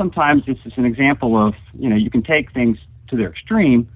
sometimes it's an example of you know you can take things to their extreme